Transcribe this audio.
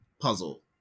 Puzzle